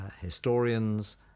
historians